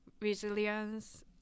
resilience